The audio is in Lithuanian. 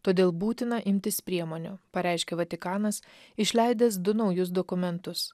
todėl būtina imtis priemonių pareiškė vatikanas išleidęs du naujus dokumentus